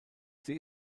sie